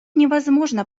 невозможно